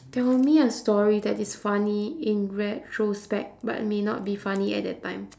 tell me a story that is funny in retrospect but may not be funny at that time